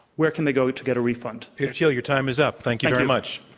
where can they go to get a refund? peter thiel, your time is up. thank you very much.